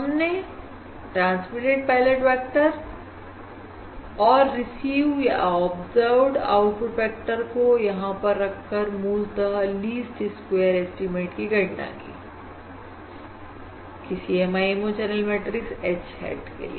हमने transmitted pilot vector और receive या ऑब्जर्व्ड आउटपुट वेक्टर को यहां पर रखकर मूलतः लीस्ट स्क्वेयर एस्टीमेट की गणना की किसी MIMO channel matrix H hat के लिए